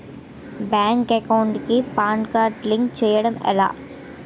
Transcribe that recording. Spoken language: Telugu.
బ్యాంక్ అకౌంట్ కి పాన్ కార్డ్ లింక్ చేయడం ఎలా?